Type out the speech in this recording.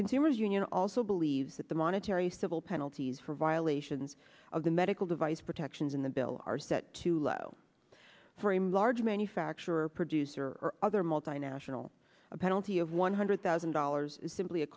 consumers union also believes that the monetary civil penalties for violations of the medical device protections in the bill are set too low for him large manufacturer producer or other multinational a penalty of one hundred thousand dollars is simply a